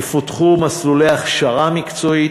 יפותחו מסלולי הכשרה מקצועית,